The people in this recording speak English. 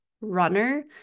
runner